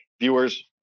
viewers